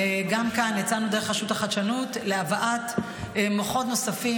גם כאן יצאנו דרך רשות החדשנות להבאת מוחות נוספים.